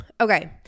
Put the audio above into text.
Okay